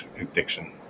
addiction